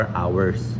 hours